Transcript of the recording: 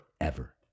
forever